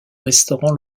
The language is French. restaurants